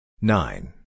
Nine